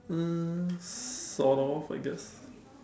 uh sort of I guess